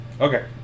Okay